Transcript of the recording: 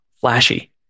flashy